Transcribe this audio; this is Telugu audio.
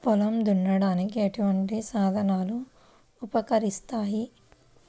పొలం దున్నడానికి ఎటువంటి సాధనలు ఉపకరిస్తాయి?